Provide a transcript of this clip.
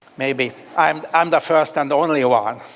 maybe i'm i'm the first and only one,